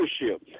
leadership